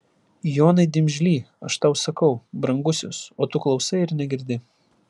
jonai dimžly aš tau sakau brangusis o tu klausai ir negirdi